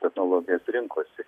technologija rinkosi